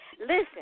Listen